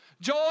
Joy